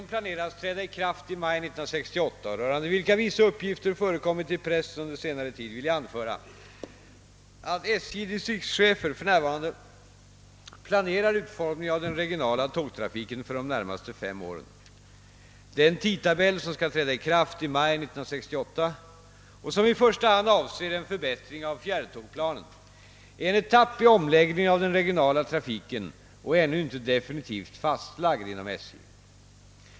planeras träda i kraft i maj 1968 och rörande vilka vissa uppgifter förekommit i pressen under senare tid vill jag anföra, att SJ:s distriktschefer för närvarande planerar utformningen av den regionala tågtrafiken för de närmaste fem åren. Den tidtabell som skall träda i kraft i maj 1968 — och som i första hand avser en förbättring av fjärrtågplanen är en etapp i omläggningen av den regionala trafiken och ännu inte definitivt fastlagd inom SJ.